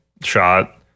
shot